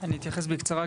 אני אתייחס בקצרה,